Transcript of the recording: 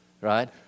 right